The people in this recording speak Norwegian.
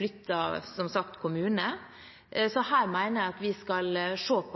vi se på